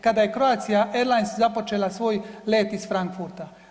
Kada je Croatia airlines započela svoj let iz Frankfurta.